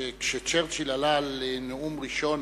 שכשצ'רצ'יל עלה לנאום הראשון